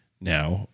now